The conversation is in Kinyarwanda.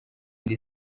indi